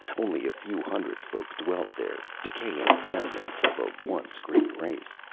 only a few hundred folk dwelt there, decaying remnants of a once great race.